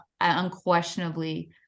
unquestionably